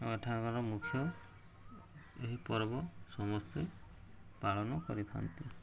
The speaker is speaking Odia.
ଆଉ ଏଠାକାର ମୁଖ୍ୟ ଏହି ପର୍ବ ସମସ୍ତେ ପାଳନ କରିଥାନ୍ତି